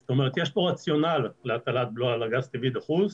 זאת אומרת יש פה רציונל להטלת בלו על גז טבעי דחוס.